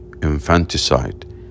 Infanticide